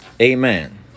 Amen